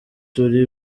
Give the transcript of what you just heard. turi